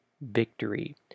victory